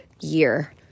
year